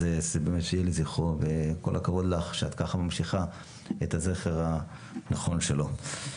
אז באמת שיהיה לזכרו וכל הכבוד לך שאת ככה ממשיכה את הזכר הנכון שלו.